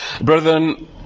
Brethren